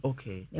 Okay